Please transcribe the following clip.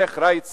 השיח' ראאד סלאח,